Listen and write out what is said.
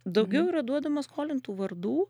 daugiau yra duodama skolintų vardų